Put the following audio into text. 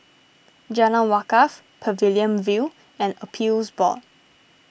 Jalan Wakaff Pavilion View and Appeals Board